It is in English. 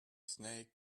snake